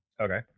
Okay